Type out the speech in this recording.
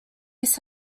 ace